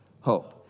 Hope